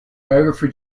biographer